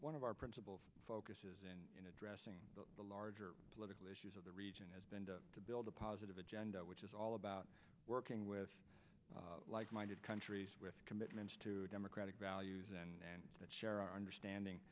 one of our principal focuses and in addressing the larger political issues of the region has been to build a positive agenda which is all about working with like minded countries with commitments to democratic values and that share our understanding